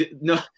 No